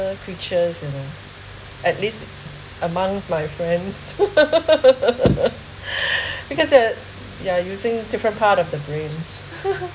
creatures you know at least among my friends because that we are using different part of the brain